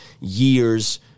years